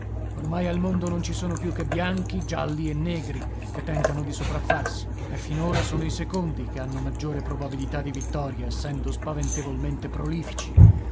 ormai al mondo non ci sono più che bianchi gialli e negri che tentano di sopraffarsi e finora sono i secondi che hanno maggiore probabilità di vittoria essendo spaventevolmente prolifici